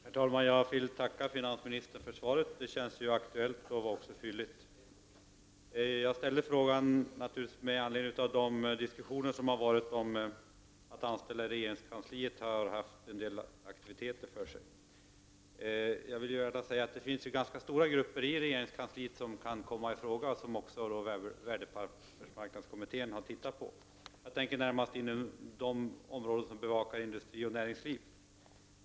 Herr talman! Jag tackar finansministern för svaret. Det känns aktuellt och var fylligt. Jag ställde naturligtvis frågan med anledning av de diskussioner som har förts om att anställda i regeringskansliet har haft vissa aktiviteter för sig. Det finns ganska stora grupper i regeringskansliet som kan komma i fråga, vilket värdepappersmarknadskommittén har undersökt. Jag tänker närmast på de områden som bevakar industri och näringsliv.